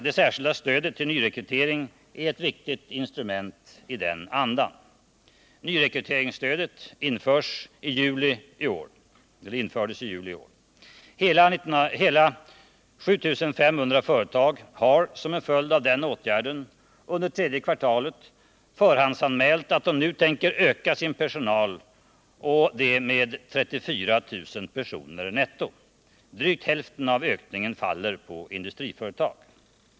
Det särskilda stödet till nyrekrytering är ett viktigt instrument när det gäller den inriktningen. Nyrekryteringsstödet infördes den 1 juli i år. Hela 7 500 företag har, som en följd av den åtgärden, under tredje kvartalet förhandsanmält att de nu tänker öka sin personal och det med 34000 personer netto. Drygt hälften av ökningen faller på industriföretag.